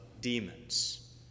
demons